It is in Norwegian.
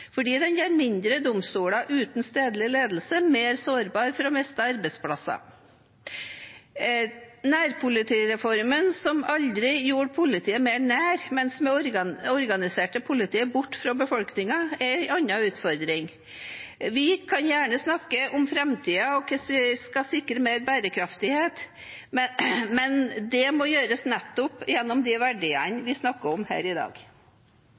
fordi den gjør mindre domstoler uten stedlig ledelse mer sårbare for å miste arbeidsplasser. Nærpolitireformen, som aldri gjorde politiet mer nær, men organiserte politiet bort fra befolkningen, er en annen utfordring. Vi kan gjerne snakke om framtiden og hvordan vi skal sikre mer bærekraft, men det må gjøres gjennom nettopp de verdiene vi snakker om her i dag.